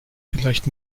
vielleicht